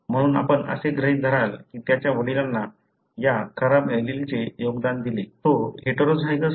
म्हणून आपण असे गृहीत धराल की त्याच्या वडिलांनी या खराब एलीलचे योगदान दिले तो हेटेरोझायगस आहे